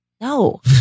No